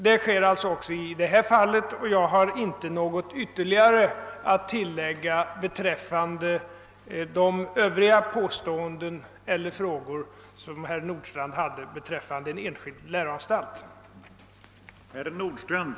Så sker alltså även i detta fall, och jag har inte något att tillägga beträffande övriga påståenden eller frågor som herr Nordstrandh hade att göra beträffande en enskild läroanstalt.